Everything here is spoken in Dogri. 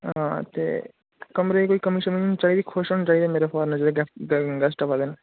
आं ते कमरे च कोई कमी शमी नी होनी चाहिदी खुश होने चाहिदे मेरे फारन दे जेह्ड़े गेस्ट आवा दे न